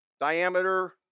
diameter